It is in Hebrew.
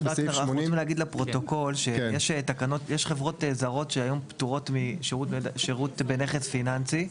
חברות זרות שהיום פטורות משירות בנכס פיננסי.